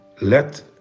Let